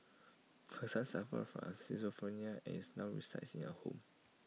her son suffer from schizophrenia is now resides in A home